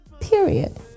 Period